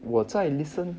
我在 listen